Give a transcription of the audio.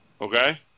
Okay